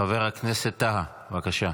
חבר הכנסת טאהא, בבקשה.